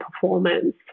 performance